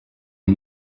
are